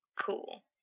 Cool